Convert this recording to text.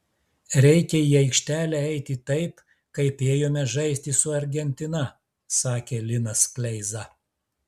reikia į aikštelę eiti taip kaip ėjome žaisti su argentina sakė linas kleiza